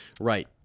Right